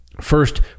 first